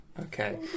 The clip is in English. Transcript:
Okay